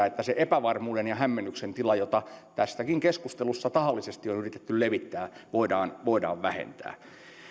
että sitä epävarmuuden ja hämmennyksen tilaa jota tässäkin keskustelussa on tahallisesti yritetty levittää voidaan voidaan vähentää